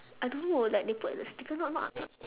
I don't know like they put at the sticker not not not